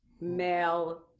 male